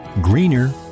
greener